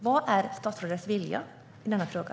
Vad är statsrådets vilja i denna fråga?